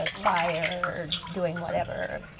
ah fire or doing whatever.